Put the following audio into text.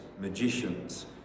magicians